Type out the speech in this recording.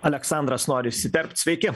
aleksandras nori įsiterpt sveiki